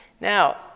Now